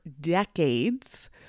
decades